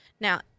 Now